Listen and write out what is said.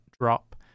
drop